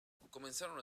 comenzaron